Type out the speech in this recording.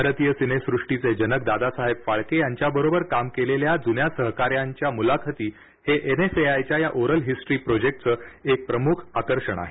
भारतीय सिनेसृष्टीचे जनक दादासाहेब फाळके यांच्या बरोबर काम केलेल्या जून्या सहका यांच्या मुलाखती हे एनएफएआयच्या या ओरल हिस्ट्री प्रोजेक्ट चं एक प्रमुख आकर्षण आहे